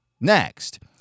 next